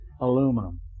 aluminum